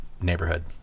neighborhood